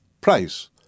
Price